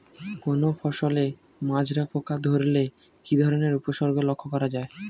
কোনো ফসলে মাজরা পোকা ধরলে কি ধরণের উপসর্গ লক্ষ্য করা যায়?